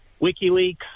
WikiLeaks